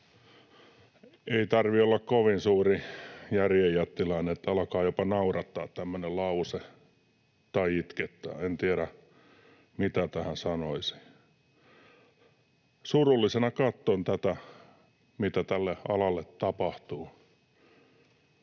Ei tarvitse olla kovin suuri järjen jättiläinen, että alkaa jopa naurattaa tämmöinen lause — tai itkettää. En tiedä, mitä tähän sanoisi. Surullisena katson tätä, mitä tälle alalle tapahtuu.